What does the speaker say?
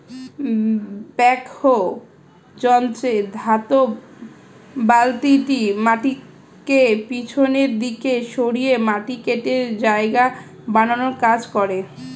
backhoe যন্ত্রে ধাতব বালতিটি মাটিকে পিছনের দিকে সরিয়ে মাটি কেটে জায়গা বানানোর কাজ করে